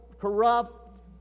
corrupt